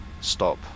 stop